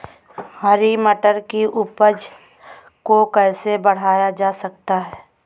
हरी मटर की उपज को कैसे बढ़ाया जा सकता है?